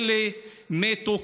אלה לא מתו,